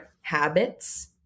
habits